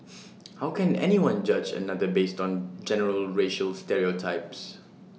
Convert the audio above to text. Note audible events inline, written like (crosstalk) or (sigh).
(noise) how can anyone judge another based on general racial stereotypes